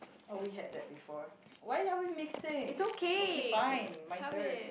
oh we had that before why are we mixing okay fine my turn